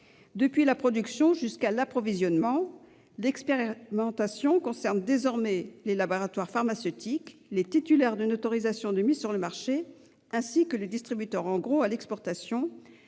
depuis la production jusqu'à l'approvisionnement. L'expérimentation concerne désormais les laboratoires pharmaceutiques, les titulaires d'une autorisation de mise sur le marché, ainsi que les distributeurs en gros à l'exportation.